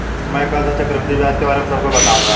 मैं कल से चक्रवृद्धि ब्याज के बारे में सबको बताऊंगा